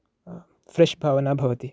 fresh भावना भवति